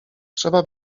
trzeba